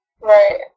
Right